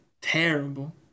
Terrible